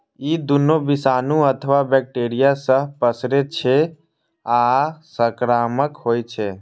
ई दुनू विषाणु अथवा बैक्टेरिया सं पसरै छै आ संक्रामक होइ छै